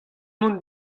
mont